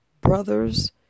brothers